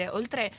oltre